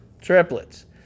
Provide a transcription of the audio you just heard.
Triplets